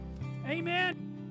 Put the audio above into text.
amen